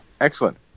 excellent